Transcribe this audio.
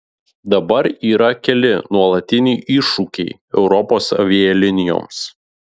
dabar yra keli nuolatiniai iššūkiai europos avialinijoms